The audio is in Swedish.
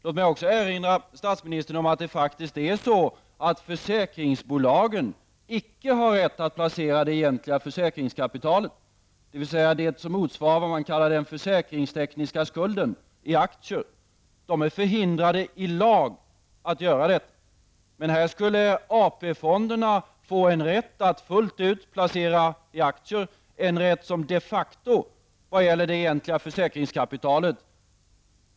Låt mig också erinra statsministern om att försäkringsbolagen icke har rätt att placera det egentliga försäkringskapitalet, dvs. det som motsvarar vad man kallar den försäkringstekniska skulden, i aktier. Försäkringsbolagen är i lag förhindrade att göra detta. Men AP-fonderna skulle få rätt att fullt ut placera kapital i aktier, en rätt som försäkringsbolagen de facto inte har när det gäller det egentliga försäkringskapitalet.